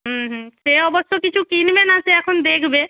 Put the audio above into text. হুম হুম সে অবশ্য কিছু কিনবে না সে এখন দেখবে